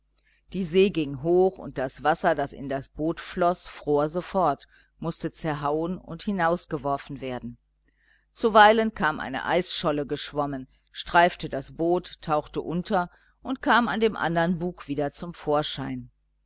die see ging hoch und das wasser das in das boot floß fror sofort mußte zerhauen und hinausgeworfen werden zuweilen kam eine eisscholle geschwommen streifte das boot tauchte unter und kam an dem andern bug wieder zum vorschein